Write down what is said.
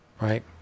Right